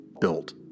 built